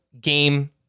game